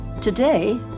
Today